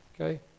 Okay